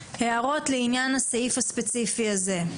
הערות לעניין הסעיף הספציפי הזה?